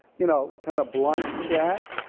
you know, kind of blunt that,